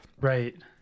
right